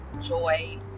joy